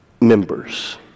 members